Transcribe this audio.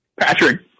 Patrick